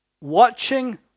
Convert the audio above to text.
watching